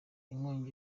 inkongi